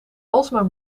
almaar